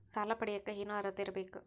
ಸಾಲ ಪಡಿಯಕ ಏನು ಅರ್ಹತೆ ಇರಬೇಕು?